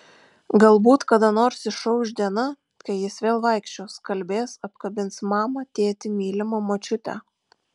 galbūt kada nors išauš diena kai jis vėl vaikščios kalbės apkabins mamą tėtį mylimą močiutę